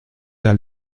der